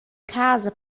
casa